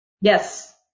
Yes